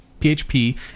php